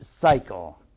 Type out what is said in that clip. cycle